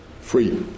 free